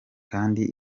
kandi